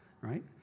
right